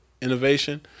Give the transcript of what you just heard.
innovation